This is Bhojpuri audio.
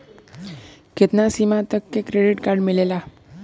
कितना सीमा तक के क्रेडिट कार्ड मिलेला?